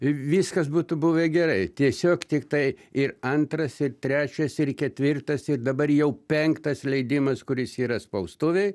viskas būtų buvę gerai tiesiog tiktai ir antras ir trečias ir ketvirtas ir dabar jau penktas leidimas kuris yra spaustuvėj